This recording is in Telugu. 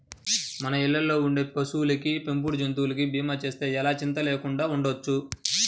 మన ఇళ్ళల్లో ఉండే పశువులకి, పెంపుడు జంతువులకి భీమా చేస్తే ఎలా చింతా లేకుండా ఉండొచ్చు